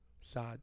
sad